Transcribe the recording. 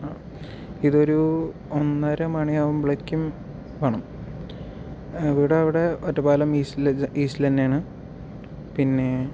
ആ ഇതൊരു ഒന്നര മണി ആകുമ്പോളെക്കും വേണം വീട് ഇവിടെ ഒറ്റപ്പാലം ഈസ്റ്റിലേജ് ഈസ്റ്റില് തന്നെയാണ് പിന്നേ